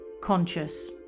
conscious